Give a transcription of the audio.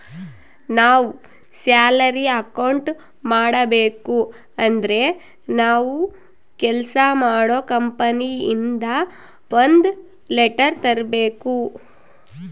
ನಾವ್ salary account ಮಾಡಬೇಕು ಅಂದ್ರೆ ನಾವು ಕೆಲ್ಸ ಮಾಡೋ ಕಂಪನಿ ಇಂದ ಒಂದ್ ಲೆಟರ್ ತರ್ಬೇಕು